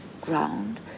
ground